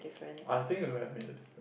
I think it would have made a difference